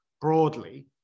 broadly